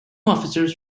officers